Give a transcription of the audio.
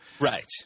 Right